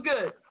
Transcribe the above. good